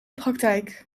praktijk